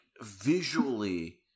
visually